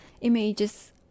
images